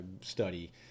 study